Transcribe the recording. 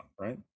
right